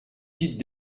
dites